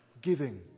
giving